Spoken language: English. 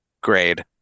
grade